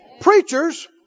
preachers